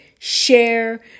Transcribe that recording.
share